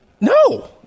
No